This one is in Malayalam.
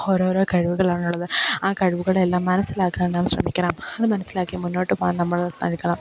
ഓരോരോ കഴിവുകളാണ് ഉള്ളത് ആ കഴിവുകളെയെല്ലാം മനസിലാക്കാൻ നാം ശ്രമിക്കണം അത് മനസിലാക്കി മുന്നോട്ട് പോകാൻ നമ്മൾ പഠിക്കണം